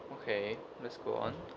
okay let's go on